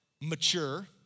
mature